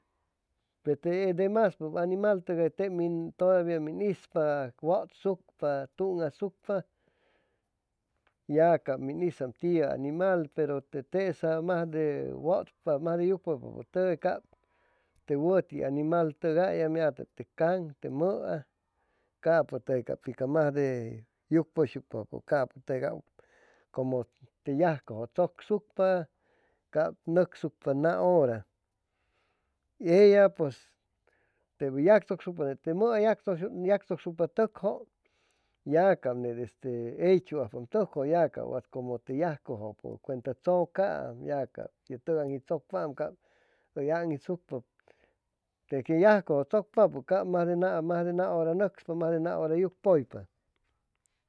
Pe te demaspʉp animal tʉgay tep mim todavia min ispa wʉtsucpa tuŋasugpa ya cap min isam tiʉ animal pero te tesap majde wʉtpa majde yucpʉypapʉtʉgay cap te wʉti animal tʉgais ya tep te caŋ, te mʉa capʉtʉgay capi ca majde yucpʉyshucpapʉ pe cap como te yajcʉjʉ tzʉcsucpa cap nʉcsucpa a hora ellapʉis tep hʉy yactzʉcsucpa tep te mʉa hʉy yactzʉcscpa tʉkjo ya cap net este heychuajpaam tʉkju wat como te yajcʉpʉʉ cuenta tzʉcaam ya cap tʉgaŋji chʉcpaam cap aŋitsucpa deque yajcʉjʉ tzʉcpapʉ cap majde na hora nʉcspa majde na hora yucpʉypa